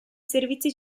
servizi